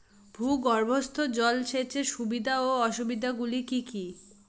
ভূগর্ভস্থ জল সেচের সুবিধা ও অসুবিধা গুলি কি কি?